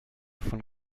von